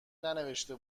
ننوشته